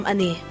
Ani